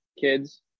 kids